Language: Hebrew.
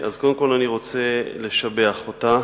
אז קודם כול, אני רוצה לשבח אותה,